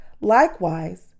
Likewise